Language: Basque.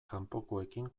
kanpokoekin